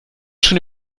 schon